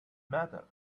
matter